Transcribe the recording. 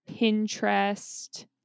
Pinterest